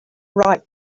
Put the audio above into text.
write